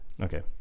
Okay